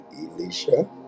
Elisha